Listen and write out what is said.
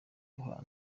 duhana